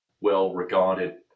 well-regarded